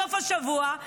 בסוף השבוע,